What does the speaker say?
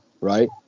right